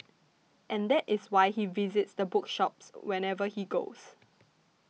and that is why he visits bookshops whenever he goes